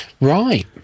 Right